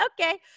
okay